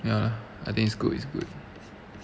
ya I think it's good it's good